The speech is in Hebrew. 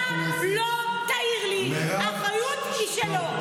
אתה לא תעיר לי, האחריות היא שלו.